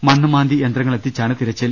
മണ്ണുമാന്തി യന്ത്രങ്ങളെത്തിച്ചാണ് തിരച്ചിൽ